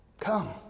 come